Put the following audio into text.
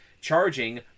charging